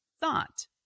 thought